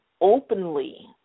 openly